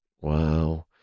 Wow